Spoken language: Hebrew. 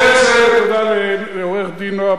תודה לעורכת-דין נועה בן-שבת,